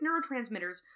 neurotransmitters